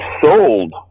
sold